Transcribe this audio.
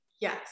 yes